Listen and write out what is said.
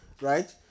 right